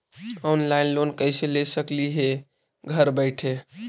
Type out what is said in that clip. Online loan कैसे ले सकली हे घर बैठे?